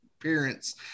appearance